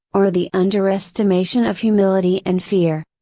or the underestimation of humility and fear.